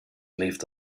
lived